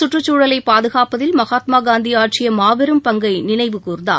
சுற்றுச்சூழலை பாதுகாப்பதில் மகாத்மா காந்தி ஆற்றிய மாபெரும் பங்கை நினைவுகூர்ந்தார்